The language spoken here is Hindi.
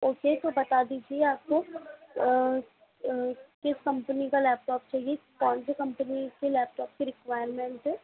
ओके तो बता दीजिए आपको किस कम्पनी का लैपटॉप चाहिए कौन से कम्पनी के लैपटॉप की रिक्वायरमेंट है